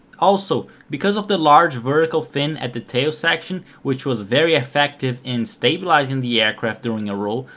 also, because of the large vertical fin at the tail section, which was very effective in stabilizing the aircraft during a roll,